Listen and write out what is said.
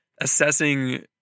assessing